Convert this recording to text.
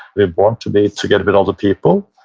we're born to be together with other people,